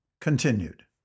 continued